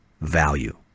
value